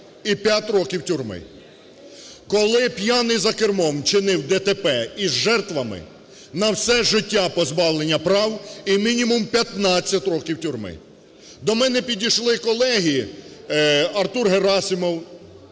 і 5 років тюрми. Коли п'яний за кермом вчинив ДТП із жертвами – на все життя позбавлення прав і мінімум 15 років тюрми. До мене підійшли колеги, Артур Герасимов,